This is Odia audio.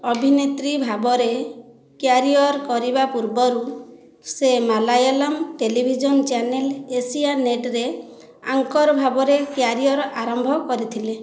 ଅଭିନେତ୍ରୀ ଭାବରେ କ୍ୟାରିଅର୍ କରିବା ପୂର୍ବରୁ ସେ ମାଲାୟାଲମ୍ ଟେଲିଭିଜନ ଚ୍ୟାନେଲ ଏସିଆନେଟରେ ଆଙ୍କର୍ ଭାବରେ କ୍ୟାରିଅର୍ ଆରମ୍ଭ କରିଥିଲେ